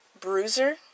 Bruiser